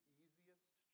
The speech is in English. easiest